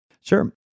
Sure